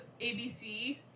ABC